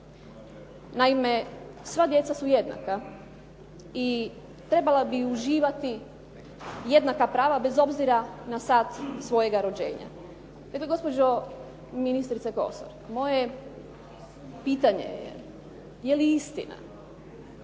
Naime, sva djeca su jednaka i trebala bi uživati jednaka prava bez obzira na sat svojega rođenja. Eto gospođo ministrice Kosor. Moje pitanje je, je li istina,